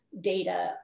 data